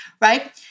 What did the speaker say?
right